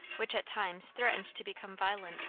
which at times threatened to become violent,